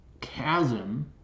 chasm